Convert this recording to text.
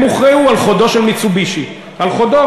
הם הוכרעו על חודו של "מיצובישי" אחד,